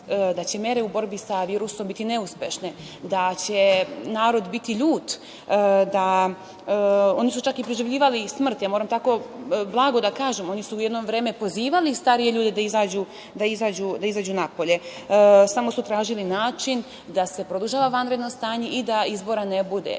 Da će mere u borbi sa virusom biti neuspešne? Da će narod biti ljut? Oni su čak i priželjkivali smrt, ja moram tako blago da kažem, oni su jedno vreme pozivali starije ljude da izađu napolje, samo su tražili način da se produžava vanredno stanje i da izbora ne bude, jer